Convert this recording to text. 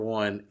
one